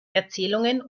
erzählungen